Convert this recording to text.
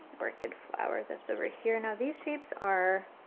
orchid flower that's over here. now these shapes are,